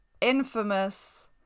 infamous